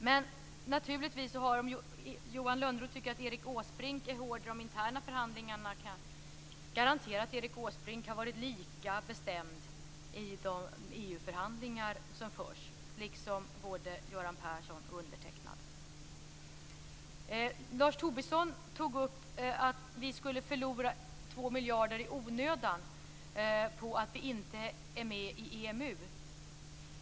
Och om Johan Lönnroth tycker att Erik Åsbrink är hård i de interna förhandlingarna kan jag garantera att han har varit lika bestämd i de EU-förhandlingar som förs, liksom både Lars Tobisson tog upp att vi skulle förlora 2 miljarder i onödan på att inte vara med i EMU.